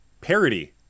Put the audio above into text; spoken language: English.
parody